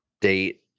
date